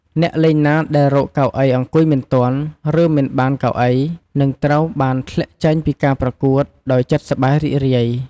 អ្នកលេងណាដែលរកកៅអីអង្គុយមិនទាន់ ឬមិនបានកៅអី នឹងត្រូវបានធ្លាក់ចេញពីការប្រកួត ដោយចិត្តសប្បាយរីករាយ។